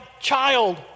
child